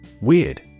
Weird